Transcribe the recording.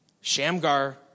Shamgar